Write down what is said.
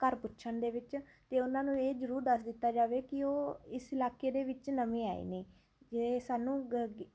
ਘਰ ਪੁੱਛਣ ਦੇ ਵਿੱਚ ਅਤੇ ਉਹਨਾਂ ਨੂੰ ਇਹ ਜ਼ਰੂਰ ਦੱਸ ਦਿੱਤਾ ਜਾਵੇ ਕਿ ਉਹ ਇਸ ਇਲਾਕੇ ਦੇ ਵਿੱਚ ਨਵੇਂ ਆਏ ਨੇ ਅਤੇ ਸਾਨੂੰ ਗ